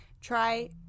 Try